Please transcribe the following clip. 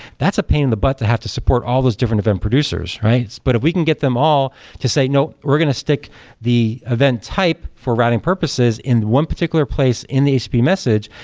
that's a pain in the butt to have to support all those different event producers, right? but if we can get them all to say, no, we're going to stick the event type for routing purposes in one particular place in the http message,